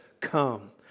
Come